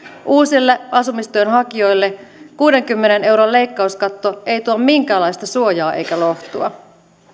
uusille asumistuen hakijoille kuudenkymmenen euron leikkauskatto ei tuo minkäänlaista suojaa eikä lohtua